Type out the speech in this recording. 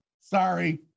sorry